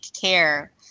care